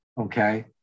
Okay